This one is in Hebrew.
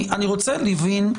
אני רוצה להבין,